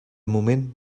moment